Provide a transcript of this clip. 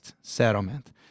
settlement